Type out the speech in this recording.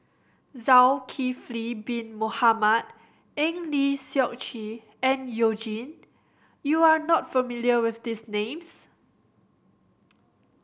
Zulkifli Bin Mohamed Eng Lee Seok Chee and You Jin you are not familiar with these names